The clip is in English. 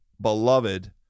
beloved